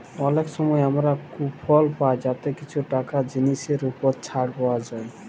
অলেক সময় আমরা কুপল পায় যাতে কিছু টাকা জিলিসের উপর ছাড় পাউয়া যায়